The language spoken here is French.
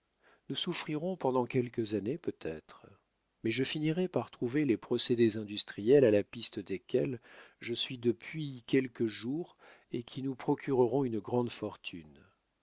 nous souffrirons pendant quelques années peut-être mais je finirai par trouver les procédés industriels à la piste desquels je suis depuis quelques jours et qui nous procureront une grande fortune